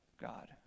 God